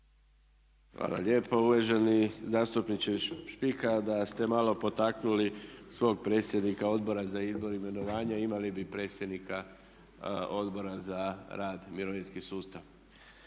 Hvala lijepo. Uvaženi zastupniče Špika, da ste malo potaknuli svog predsjednika Odbora za izbor, imenovanja imali bi predsjednika Odbora za rad, mirovinski sustav.